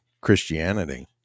Christianity